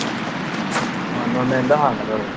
ꯅꯣꯔꯃꯦꯜꯗ ꯍꯥꯡꯒꯗꯕꯅꯤ